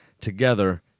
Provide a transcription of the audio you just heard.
Together